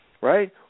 right